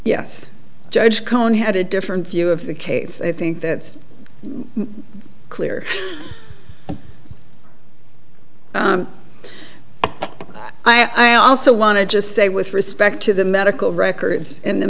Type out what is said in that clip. yes judge cohen had a different view of the case i think that's clear i also want to just say with respect to the medical records and the